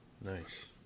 Nice